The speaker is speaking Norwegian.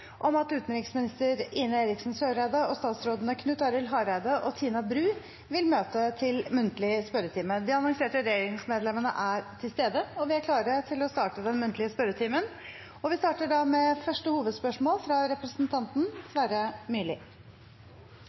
om at utenriksminister Ine Eriksen Søreide og statsrådene Knut Arild Hareide og Tina Bru vil møte til muntlig spørretime. De annonserte regjeringsmedlemmene er til stede, og vi er klare til å starte den muntlige spørretimen. Vi starter med første hovedspørsmål, fra representanten